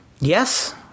Yes